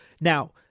Now